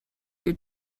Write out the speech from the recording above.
your